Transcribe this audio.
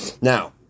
Now